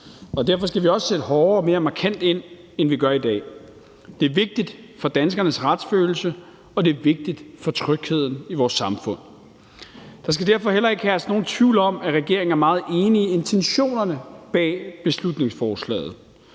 og derfor skal vi også sætte hårdere og mere markant ind, end vi gør i dag. Det er vigtigt for danskernes retsfølelse, og det er vigtigt for trygheden i vores samfund. Der skal derfor heller ikke herske nogen tvivl om, at regeringen er meget enig i intentionerne bag beslutningsforslaget,